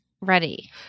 ready